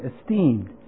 esteemed